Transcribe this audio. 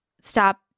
stop